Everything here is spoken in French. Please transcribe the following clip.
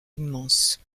immense